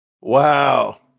Wow